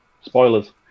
spoilers